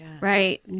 right